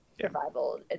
survival